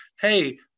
hey